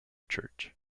church